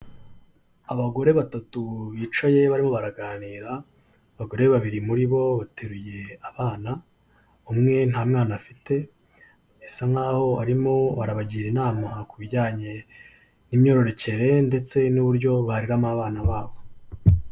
Abagore batatu bicaye barimo baraganira, abagore babiri muri bo bateruye abana, umwe nta mwana afite bisa naho barimo barabagira inama ku bijyanye n'imyororokere ndetse n'uburyo bareramo abana babo.